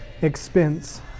expense